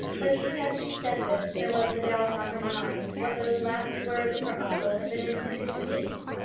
but even as she said this there was the doubt on her mind what those last words of her uncle had been intended to mean.